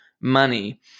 money